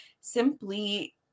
Simply